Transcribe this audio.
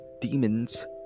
Demons